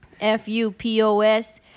F-U-P-O-S